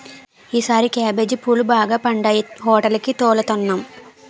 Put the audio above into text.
ఈసారి కేబేజీ పువ్వులు బాగా పండాయి హోటేలికి తోలుతన్నాం